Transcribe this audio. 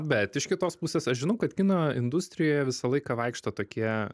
bet iš kitos pusės aš žinau kad kino industrijoje visą laiką vaikšto tokie